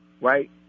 right